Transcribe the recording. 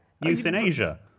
Euthanasia